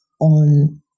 on